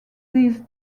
these